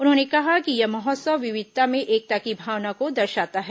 उन्होंने कहा कि यह महोत्सव विविधिता में एकता की भावना को दर्शाता है